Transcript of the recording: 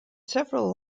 several